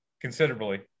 considerably